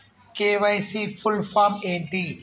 KYC full form ఏంటి?